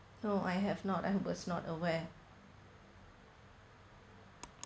no I have not I was not aware